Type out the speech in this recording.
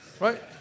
right